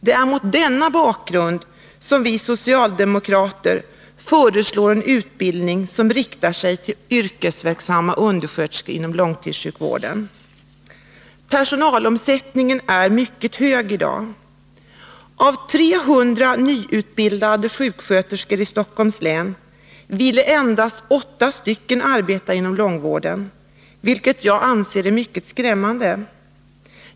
Det är mot denna bakgrund som vi socialdemokrater föreslår en utbildning som riktar sig till yrkesverksamma undersköterskor inom långtidssjukvården. Personalomsättningen är i dag mycket hög. Av 300 nyutbildade sjuksköterskori Stockholms län vill endast 8 arbeta inom långvården, vilket jag anser mycket skrämmande.